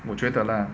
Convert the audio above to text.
我觉得 lah